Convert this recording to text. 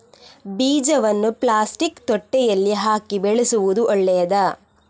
ಬೀಜವನ್ನು ಪ್ಲಾಸ್ಟಿಕ್ ತೊಟ್ಟೆಯಲ್ಲಿ ಹಾಕಿ ಬೆಳೆಸುವುದು ಒಳ್ಳೆಯದಾ?